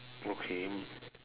okay